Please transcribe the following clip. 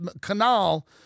Canal